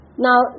Now